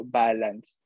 balance